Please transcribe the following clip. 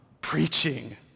preaching